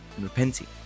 repenting